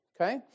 okay